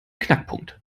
knackpunkt